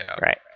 Right